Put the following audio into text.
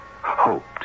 Hoped